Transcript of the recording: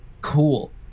cool